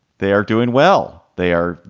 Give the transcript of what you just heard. they are doing well. they are.